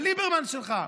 ליברמן שלך,